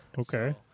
okay